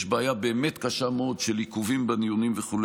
יש בעיה באמת קשה מאוד של עיכובים בדיונים וכו',